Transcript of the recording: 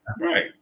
right